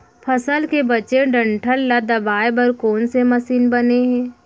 फसल के बचे डंठल ल दबाये बर कोन से मशीन बने हे?